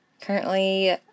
Currently